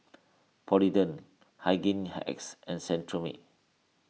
Polident Hygin X and Cetrimide